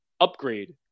upgrade